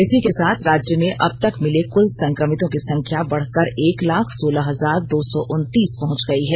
इसी के साथ राज्य में अबतक मिले कुल संक्रमितों की संख्या बढ़कर एक लाख सोलह हजार दो सौ उनतीस पहुंच गई है